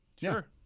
Sure